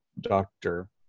Doctor